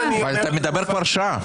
אתה מדבר כבר שעה.